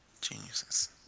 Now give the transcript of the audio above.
Geniuses